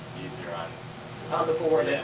easier on. on the board, and